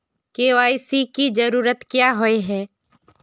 KYC की जरूरत क्याँ होय है?